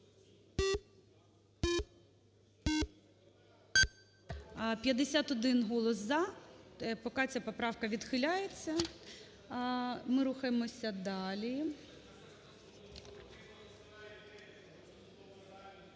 51 голос "за", поки ця поправка відхиляється. Ми рухаємося далі.